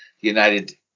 United